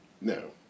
No